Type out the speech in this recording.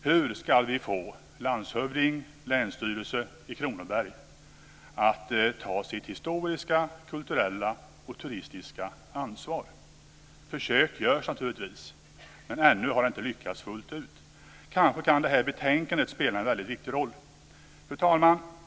Hur ska vi få landshövding och länsstyrelse i Kronoberg att ta sitt historiska, kulturella och turistiska ansvar? Försök görs naturligtvis, men ännu har det inte lyckats fullt ut. Kanske kan det här betänkandet spela en viktig roll. Fru talman!